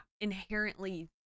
inherently